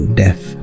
death